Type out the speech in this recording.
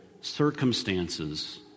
circumstances